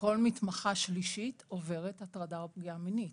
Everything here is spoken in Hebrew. כל מתמחה שלישית עוברת הטרדה או פגיעה מינית.